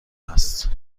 است